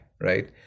right